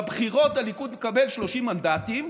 בבחירות הליכוד מקבל 30 מנדטים,